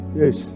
yes